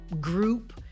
group